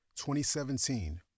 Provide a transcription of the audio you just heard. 2017